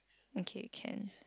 okay can